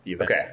Okay